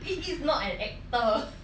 he is not an actor